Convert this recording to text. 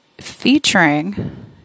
featuring